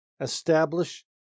establish